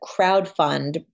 crowdfund